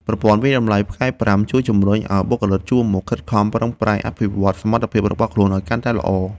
ប្រព័ន្ធវាយតម្លៃផ្កាយប្រាំ ជួយជម្រុញឱ្យបុគ្គលិកជួរមុខខិតខំប្រឹងប្រែងអភិវឌ្ឍសមត្ថភាពរបស់ខ្លួនឱ្យកាន់តែល្អ។